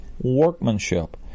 workmanship